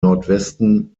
nordwesten